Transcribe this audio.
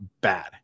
bad